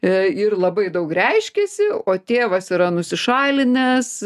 ir labai daug reiškiasi o tėvas yra nusišalinęs